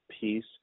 peace